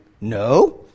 No